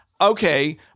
Okay